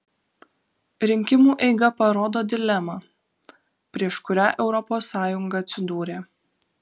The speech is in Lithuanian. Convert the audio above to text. rinkimų eiga parodo dilemą prieš kurią europos sąjunga atsidūrė